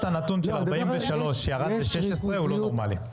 הנתון, של 43 שירד ל-16, זה לא נורמלי.